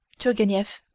turgenieff.